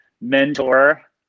mentor